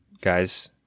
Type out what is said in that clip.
guys